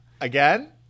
Again